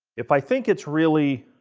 if i think it's really,